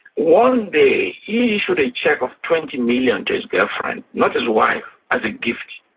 one day, he issued a cheque of twenty million to his girlfriend not his wife as a gift.